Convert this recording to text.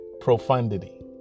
profundity